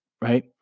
right